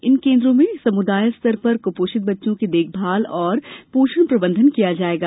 इन केन्द्रों मे समुदाय स्तर पर क्पोषित बच्चों की देखभाल और पोषण प्रबंधन किया जाएगा